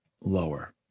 lower